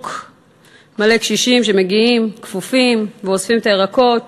שוק קשישים רבים שמגיעים כפופים ואוספים את הירקות